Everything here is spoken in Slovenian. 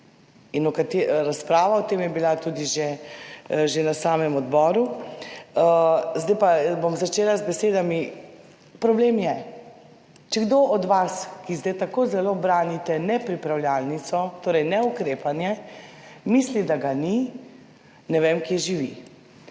razprava o tem je bila tudi že že na samem odboru. Zdaj pa bom začela z besedami: problem je. Če kdo od vas, ki zdaj tako zelo branite nepripravljalnico, torej neukrepanje, misli, da ga ni, ne vem, kje živi.